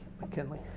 McKinley